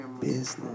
business